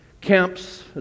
Camps